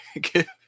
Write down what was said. give